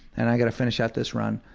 and i gotta finish out this run.